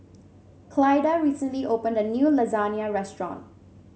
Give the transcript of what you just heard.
Clyda recently opened a new Lasagne Restaurant